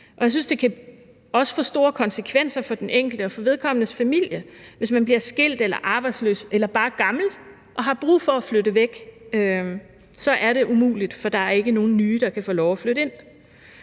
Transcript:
det også kan få store konsekvenser for den enkelte og for vedkommendes familie, hvis man bliver skilt, arbejdsløs eller bare gammel og har brug for at flytte væk. Så er det umuligt, for der er ikke nogle nye, der kan få lov at flytte ind.